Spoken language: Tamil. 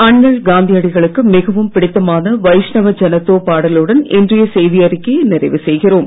அண்ணல் காந்தியடிகளுக்கு மிகவும் பிடித்தமான வைஷ்ணவ ஜனத்தோ பாடலுடன் இன்றைய செய்தி அறிக்கையை நிறைவு செய்கிறோம்